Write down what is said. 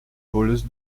voleuse